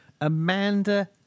Amanda